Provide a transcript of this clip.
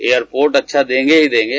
airport अच्छा देंगे ही देंगे